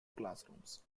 classrooms